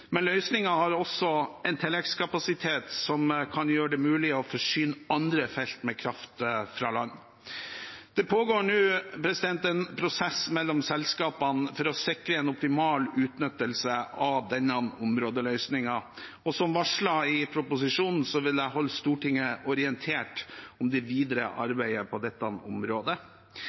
men løsningen har også en tilleggskapasitet som kan gjøre det mulig å forsyne andre felt med kraft fra land. Det pågår nå en prosess mellom selskapene for å sikre en optimal utnyttelse av denne områdeløsningen. Som varslet i proposisjonen vil jeg holde Stortinget orientert om det videre arbeidet på dette området.